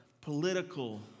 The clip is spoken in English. political